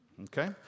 okay